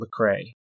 Lecrae